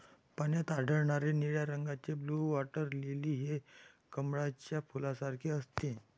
पाण्यात आढळणारे निळ्या रंगाचे ब्लू वॉटर लिली हे कमळाच्या फुलासारखे असते